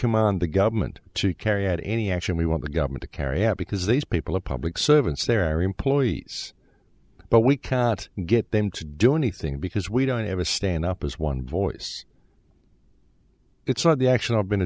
command the government to carry out any action we want the government to carry out because these people are public servants their employees but we cannot get them to do anything because we don't have a stand up as one voice it's not the action i've been